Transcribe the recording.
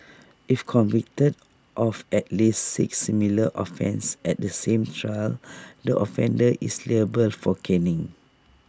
if convicted of at least six similar offences at the same trial the offender is liable for caning